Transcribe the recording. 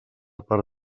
per